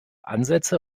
ansätze